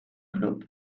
club